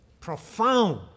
profound